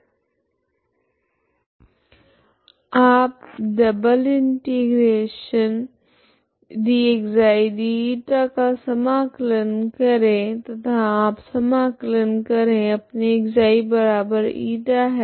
तो इसमे आप इसका समाकलन करना चाहते है तो सब से पहले तो ऐसा करने के लिए की तो आप का समाकलन करे तथा आप समाकलन करे अपने ξη है